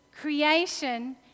creation